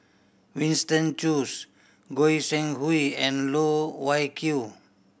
Winston Choos Goi Seng Hui and Loh Wai Kiew